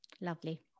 Lovely